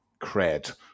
cred